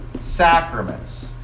Sacraments